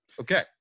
Okay